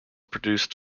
produced